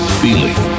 feeling